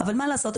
אבל מה לעשות,